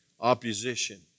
opposition